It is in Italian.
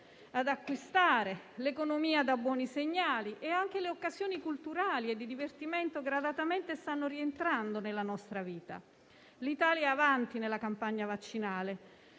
ad acquistare, l'economia dà buoni segnali e anche le occasioni culturali e di divertimento gradatamente stanno rientrando nella nostra vita. L'Italia è avanti nella campagna vaccinale,